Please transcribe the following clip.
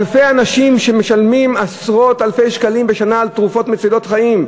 אלפי אנשים משלמים עשרות אלפי שקלים בשנה על תרופות מצילות חיים.